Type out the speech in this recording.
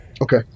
Okay